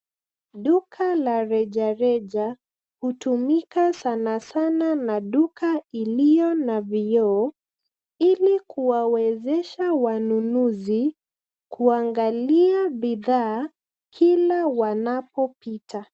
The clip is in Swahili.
Duka la rejareja, hutumika sana sana na duka iliyo na vioo, ili kuwawezesha wanunuzi, kuangalia bidhaa, kila wanapopita.